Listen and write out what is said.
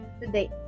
today